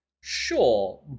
sure